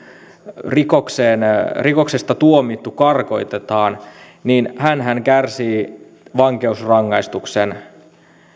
rikoksesta tuomittu karkotetaan hänhän kärsii vankeusrangaistuksen